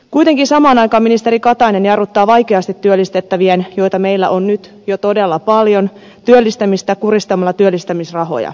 kuitenkin samaan aikaan ministeri katainen jarruttaa vaikeasti työllistettävien joita meillä on nyt jo todella paljon työllistämistä kurjistamalla työllistämisrahoja